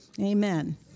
Amen